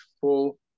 full